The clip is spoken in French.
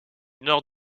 nord